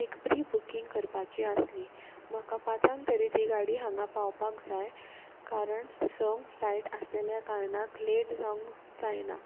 एक pre booking करपाची आसली म्हाका पांचांक तरी ती गाडी हांगा पावपाक जाय कारण संक फ्लायट आसलेल्या कारणाक लेट जावंक जायना